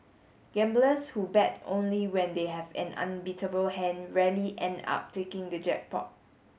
gamblers who bet only when they have an unbeatable hand rarely end up taking the jackpot